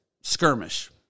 skirmish